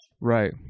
Right